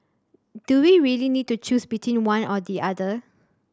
do we really need to choose between one or the other